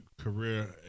career